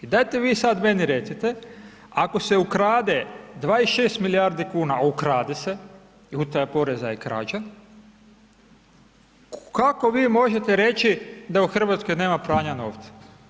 I dajte vi sad meni recite, ako se ukrade 26 milijardi kuna, a ukrade se, jer utaja poreza je krađa, kako vi možete reći da u Hrvatskoj nema pranja novca?